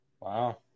Wow